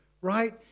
right